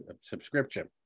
subscription